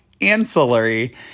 ancillary